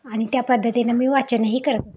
आणि त्यापद्धतीनं मी वाचनही कर